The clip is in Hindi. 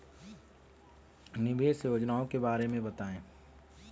निवेश योजनाओं के बारे में बताएँ?